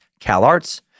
CalArts